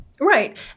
Right